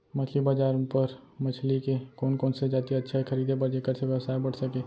मछली बजार बर मछली के कोन कोन से जाति अच्छा हे खरीदे बर जेकर से व्यवसाय बढ़ सके?